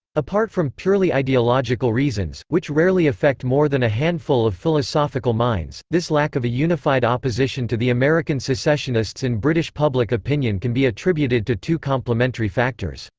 apart from purely ideological reasons, which rarely affect more than a handful of philosophical minds, this lack of a unified opposition to the american secessionists in british public opinion can be attributed to two complementary factors.